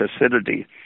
acidity